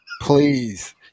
please